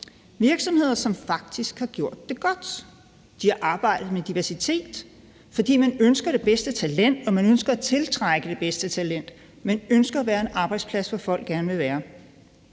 virksomheder, som faktisk har gjort det godt. De har arbejdet med diversitet, fordi man ønsker det bedste talent og man ønsker at tiltrække det bedste talent; man ønsker at være en arbejdsplads, hvor folk gerne vil være.